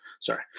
Sorry